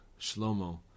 Shlomo